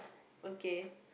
okay